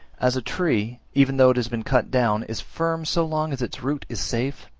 as a tree, even though it has been cut down, is firm so long as its root is safe,